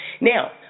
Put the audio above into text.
Now